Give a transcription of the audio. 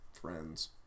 friends